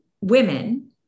women